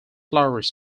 flowers